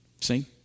See